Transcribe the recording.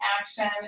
action